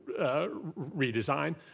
redesign